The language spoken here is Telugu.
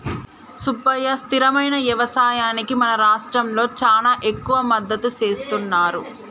సుబ్బయ్య స్థిరమైన యవసాయానికి మన రాష్ట్రంలో చానా ఎక్కువ మద్దతు సేస్తున్నారు